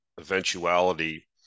eventuality